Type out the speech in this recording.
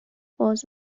باز